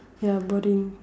ya boring